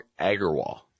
Agarwal